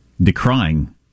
decrying